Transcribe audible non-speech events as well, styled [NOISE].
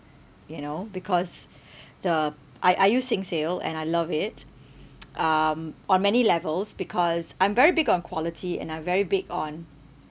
you know because the I I use singsale and I love it [NOISE] um on many levels because I'm very big on quality and I'm very big on